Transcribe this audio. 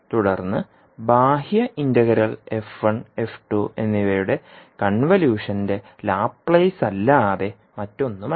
തുടർന്ന് ബാഹ്യ integral f1f2 എന്നിവയുടെ കൺവല്യൂഷന്റെ ലാപ്ലേസ് അല്ലാതെ മറ്റൊന്നുമല്ല